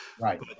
Right